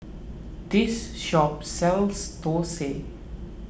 this shop sells Thosai